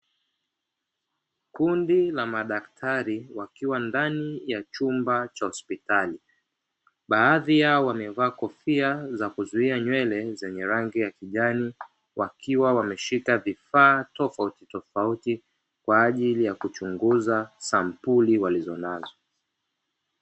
Kundi la madaktari wakiwa ndani ya chumba cha hospitali, baadhi yao wamevaa kofia za kuzuia nywele zenye rangi ya kijani wakiwa wameshika vifaa tofautitofauti kwa ajili ya kuchunguza sampuli walizonazo.